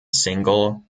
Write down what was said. single